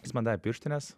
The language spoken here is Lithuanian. jis man davė pirštines